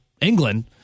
England